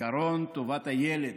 עקרון טובת הילד,